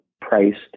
priced